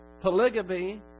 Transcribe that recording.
polygamy